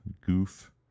Goof